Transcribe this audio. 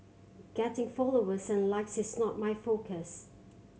getting followers and likes is not my focus